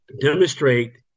demonstrate